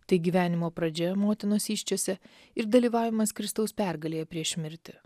tai gyvenimo pradžia motinos įsčiose ir dalyvavimas kristaus pergalėje prieš mirtį